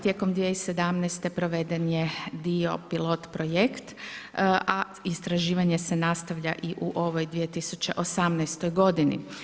Tijekom 2017. proveden je dio pilot projekt, a istraživanje se nastavlja i u ovoj 2018. godini.